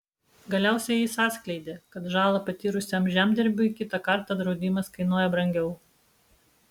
galiausiai jis atskleidė kad žalą patyrusiam žemdirbiui kitą kartą draudimas kainuoja brangiau